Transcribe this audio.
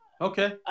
Okay